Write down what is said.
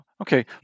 Okay